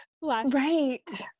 Right